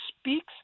speaks